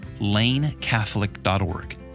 lanecatholic.org